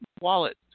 Wallet